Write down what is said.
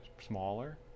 smaller